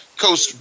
Coach